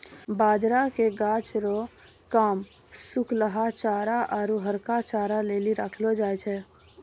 बाजरा के गाछ रो काम सुखलहा चारा आरु हरका चारा लेली करलौ जाय छै